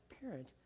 parent